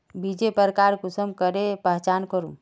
बीजेर प्रकार कुंसम करे पहचान करूम?